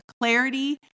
clarity